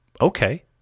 Okay